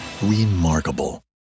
Remarkable